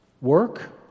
Work